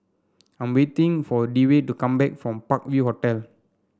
I am waiting for Dewey to come back from Park View Hotel